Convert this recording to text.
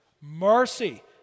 Mercy